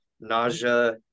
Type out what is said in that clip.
nausea